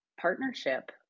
partnership